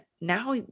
now